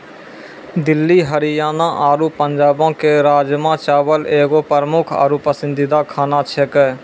दिल्ली हरियाणा आरु पंजाबो के राजमा चावल एगो प्रमुख आरु पसंदीदा खाना छेकै